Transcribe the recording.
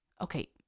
Okay